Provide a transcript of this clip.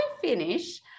finish